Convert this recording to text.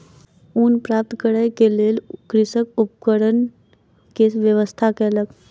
ऊन प्राप्त करै के लेल कृषक उपकरण के व्यवस्था कयलक